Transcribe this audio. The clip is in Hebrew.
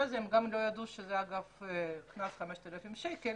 הם גם לא ידעו שזה קנס של 5,000 שקל,